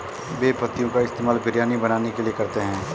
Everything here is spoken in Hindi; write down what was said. बे पत्तियों का इस्तेमाल बिरयानी बनाने के लिए करते हैं